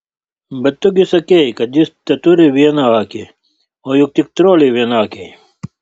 bet tu gi sakei kad jis teturi vieną akį o juk tik troliai vienakiai